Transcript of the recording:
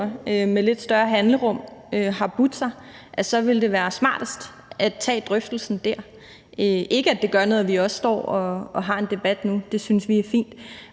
med lidt større handlerum har budt sig, vil det være smartest at tage drøftelsen der – ikke at det gør noget, at vi også står og har en debat nu, det synes vi er fint,